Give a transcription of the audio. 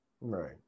Right